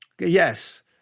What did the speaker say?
yes